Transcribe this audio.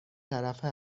طرفه